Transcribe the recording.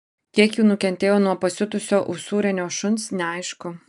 kiek jų nukentėjo nuo pasiutusio usūrinio šuns neaišku